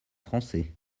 français